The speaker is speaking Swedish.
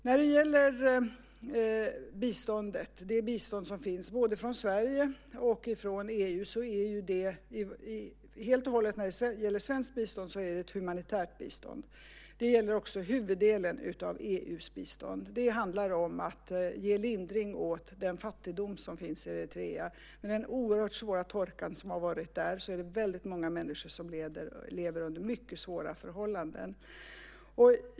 När det gäller det bistånd som finns både från Sverige och från EU är det helt och hållet när det gäller svenskt bistånd ett humanitärt bistånd. Det gäller också huvuddelen av EU:s bistånd. Det handlar om att ge lindring åt den fattigdom som finns i Eritrea. Med den oerhört svåra torka som har varit där är det väldigt många människor som lever under mycket svåra förhållanden.